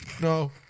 no